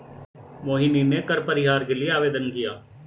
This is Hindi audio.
मोहिनी ने कर परिहार के लिए आवेदन किया